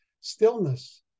stillness